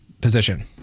position